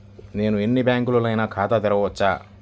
నేను ఎన్ని బ్యాంకులలోనైనా ఖాతా చేయవచ్చా?